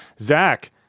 Zach